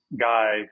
guy